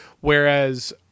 Whereas